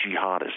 jihadists